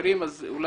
שלום